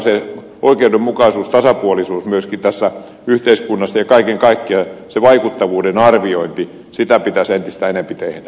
sellainen oikeudenmukaisuus tasapuolisuus myöskin tässä yhteiskunnassa ja kaiken kaikkiaan se vaikuttavuuden arviointi sitä pitäisi entistä enempi tehdä